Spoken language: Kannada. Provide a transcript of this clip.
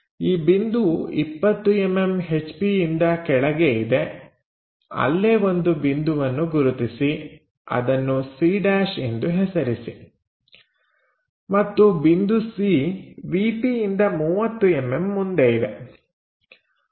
ಈ ಬಿಂದು 20mm ಹೆಚ್ ಪಿಯಿಂದ ಕೆಳಗೆ ಇದೆ ಅಲ್ಲೇ ಒಂದು ಬಿಂದುವನ್ನು ಗುರುತಿಸಿ ಅದನ್ನು c' ಎಂದು ಹೆಸರಿಸಿ ಮತ್ತು ಬಿಂದು C ವಿ ಪಿಯಿಂದ 30mm ಮುಂದೆ ಇದೆ